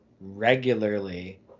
regularly